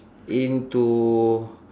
into